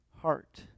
heart